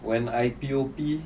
when I P_O_P